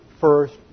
first